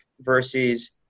versus